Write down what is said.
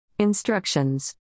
Instructions